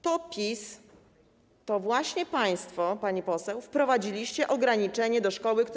To PiS, to właśnie państwo, pani poseł, wprowadziliście ograniczenie dotyczące szkoły.